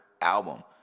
album